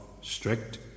strict